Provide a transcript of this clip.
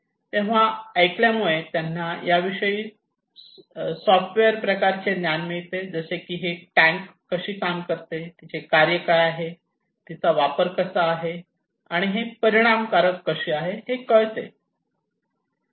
तेव्हा ऐकल्यामुळे त्यांना या विषयी सॉफ्टवेअर प्रकारचे ज्ञान मिळते जसे की ही टॅंक कसे काम करते तिचे कार्य काय आहे तिचा वापर कसा आहे आणि हे कसे परिणामकारक आहे हे कळते